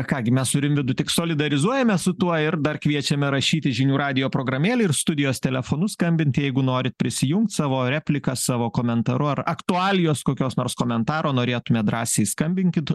ką gi mes su rimvydu tik solidarizuojamės su tuo ir dar kviečiame rašyti žinių radijo programėlėj ir studijos telefonu skambinti jeigu norit prisijungt savo replika savo komentaru ar aktualijos kokios nors komentaro norėtumėt drąsiai skambinkit